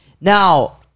Now